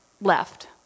left